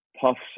puffs